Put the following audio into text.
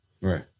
Right